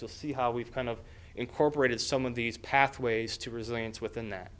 to see how we've kind of incorporated some of these pathways to resilience within th